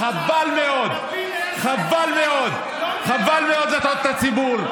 חבל מאוד להטעות את הציבור,